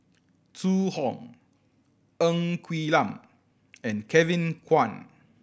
Zhu Hong Ng Quee Lam and Kevin Kwan